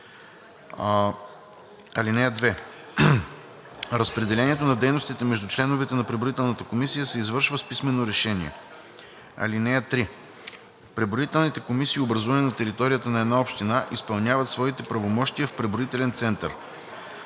(2) Разпределението на дейностите между членовете на преброителната комисия се извършва с писмено решение. (3) Преброителните комисии, образувани на територията на една община, изпълняват своите правомощия в преброителен център.